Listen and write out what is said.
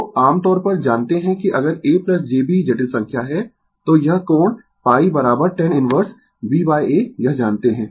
तो आमतौर पर जानते है कि अगर a j b जटिल संख्या है तो यह कोण tan इनवर्स b a यह जानते है